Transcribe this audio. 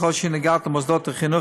ככל שהיא נוגעת למוסדות החינוך,